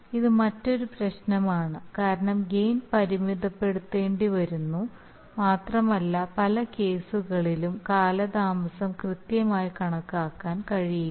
ഇത് മറ്റൊരു പ്രശ്നമാണ് കാരണം ഗെയിൻ പരിമിതപ്പെടുത്തേണ്ടിവരുന്നു മാത്രമല്ല പല കേസുകളിലും കാലതാമസം കൃത്യമായി കണക്കാക്കാൻ കഴിയില്ല